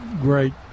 great